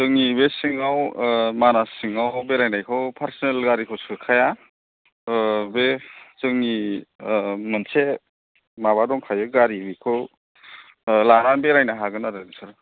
जोंनि बे सिङाव मानास सिङाव बेरायनायखौ पार्सनेल गारिखौ सोखाया बे जोंनि मोनसे माबा दंखायो गारि बेखौ लानानै बेरायनो हागोन आरो नोंसोर